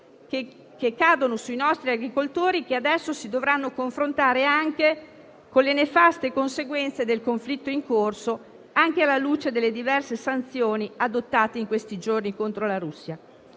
che cadono sui nostri agricoltori, che adesso si dovranno confrontare pure con le nefaste conseguenze del conflitto in corso, anche alla luce delle diverse sanzioni adottate in questi giorni contro la Russia.